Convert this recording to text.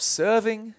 serving